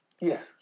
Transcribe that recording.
yes